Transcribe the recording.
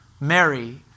Mary